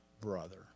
brother